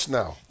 now